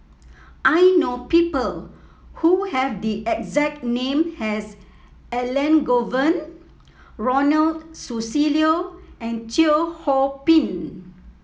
I know people who have the exact name as Elangovan Ronald Susilo and Teo Ho Pin